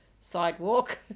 sidewalk